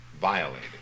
violated